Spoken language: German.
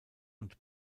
und